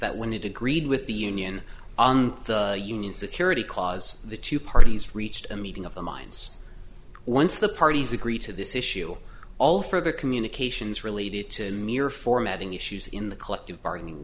that when it agreed with the union the union security cause the two parties reached a meeting of the minds once the parties agreed to this issue all further communications related to mere formatting issues in the collective bargaining